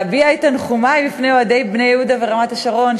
ולהביע את תנחומי בפני אוהדי "בני יהודה" ורמת-השרון,